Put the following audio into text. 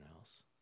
else